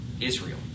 Israel